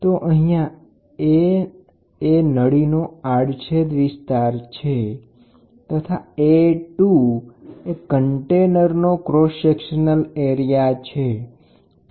તો અહીંયા નળીનો આડછેદ વિસ્તાર A1 તથા કન્ટેનરનો આડછેદ વિસ્તાર A2 છે